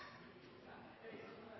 uten